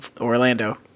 Orlando